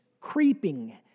creeping